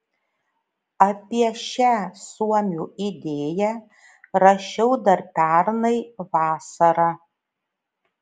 apie šią suomių idėją rašiau dar pernai vasarą